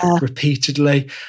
repeatedly